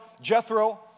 Jethro